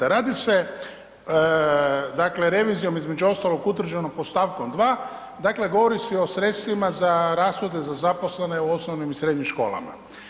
Radi se dakle revizijom između ostalog utvrđenom pod stavkom 2. dakle, govori se i o sredstvima za rashode za zaposlene u osnovnim i srednjim školama.